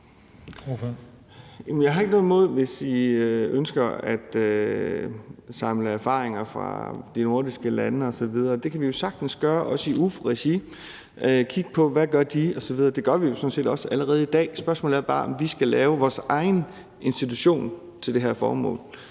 Jeg har ikke noget imod det, hvis I ønsker at samle erfaringer fra de nordiske lande osv. Det kan vi jo sagtens gøre også i regi af Udvalget for Forretningsordenen og kigge på, hvad de gør osv. Det gør vi jo sådan set også allerede i dag. Spørgsmålet er bare, om vi skal lave vores egen institution til det her formål,